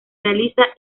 realiza